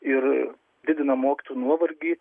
ir didina mokytojų nuovargį